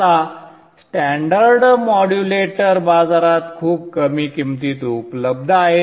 आता standard modulator बाजारात खूप कमी किमतीत उपलब्ध आहेत